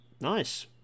Nice